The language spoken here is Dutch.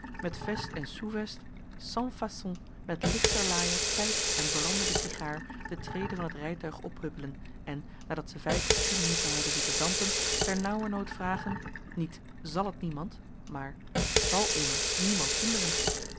met vest en sousvest sans façon met lichterlaaie pijp en brandende sigaar de trede van het rijtuig ophuppelen en nadat ze vijf of tien minuten hebben zitten dampen ter nauwernood vragen niet zal t niemand maar t zal immers niemand hinderen